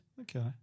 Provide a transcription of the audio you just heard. Okay